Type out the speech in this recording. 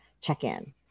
check-in